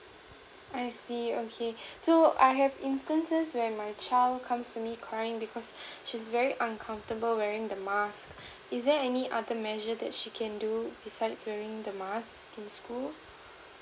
I see okay so I have instances where my child comes to me crying because she's very uncomfortable wearing the mask is there any other measure that she can do besides wearing the mask in school